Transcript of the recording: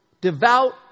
Devout